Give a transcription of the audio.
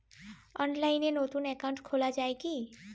অনলাইনে নতুন একাউন্ট খোলা য়ায় কি?